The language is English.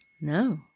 no